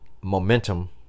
momentum